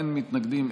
אין מתנגדים,